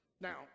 Now